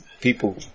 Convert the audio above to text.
people